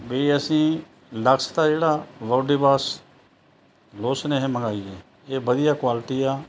ਵੀ ਅਸੀਂ ਲਕਸ ਦਾ ਜਿਹੜਾ ਬੋਡੀ ਵਾਸ ਲੋਸ਼ਨ ਇਹ ਮੰਗਾਈਏ ਇਹ ਵਧੀਆ ਕੁਆਲਟੀ ਆ